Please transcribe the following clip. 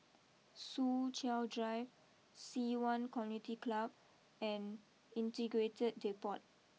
Soo Chow Drive Ci Yuan Community Club and Integrated Depot